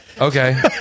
Okay